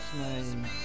name